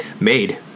made